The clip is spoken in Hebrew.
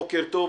בוקר טוב,